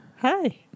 Hi